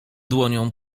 dłonią